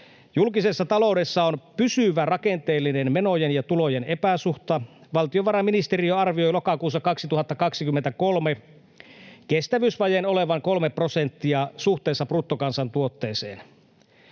Julkisessa taloudessa on pysyvä rakenteellinen menojen ja tulojen epäsuhta. Valtiovarainministeriö arvioi lokakuussa 2023 kestävyysvajeen olevan 3 prosenttia suhteessa bruttokansantuotteeseen,